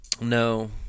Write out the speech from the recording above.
No